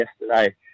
yesterday